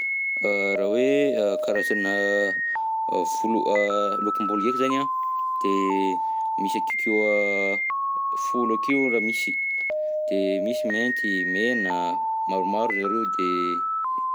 Raha hoe a karazana volo, lokom-bolo ndreky zany an, de misy akeokeo a folo akeo raha misy, de misy mainty, mena, maromaro zareo de.